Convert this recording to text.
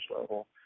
level